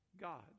God